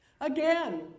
Again